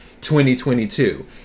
2022